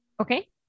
Okay